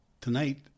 Tonight